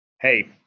hey